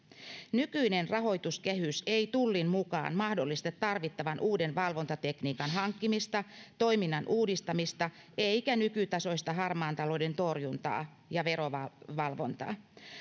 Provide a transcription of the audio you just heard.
nykyinen rahoituskehys ei tullin mukaan mahdollista tarvittavan uuden valvontatekniikan hankkimista toiminnan uudistamista eikä nykytasoista harmaan talouden torjuntaa ja verovalvontaa